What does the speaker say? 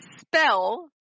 spell